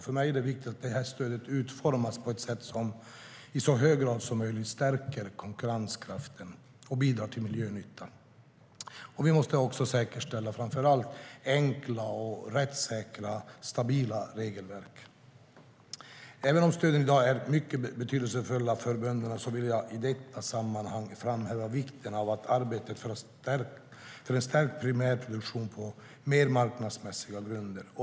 För mig är det viktigt att stödet utformas på ett sätt som i så hög grad som möjligt stärker konkurrenskraften och bidrar till miljönyttan. Vi måste också säkerställa framför allt enkla, rättssäkra och stabila regelverk. Även om stöden i dag är mycket betydelsefulla för bönderna vill jag i detta sammanhang framhäva vikten av arbetet för en stärkt primär produktion på mer marknadsmässiga grunder.